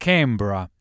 Canberra